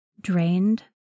drained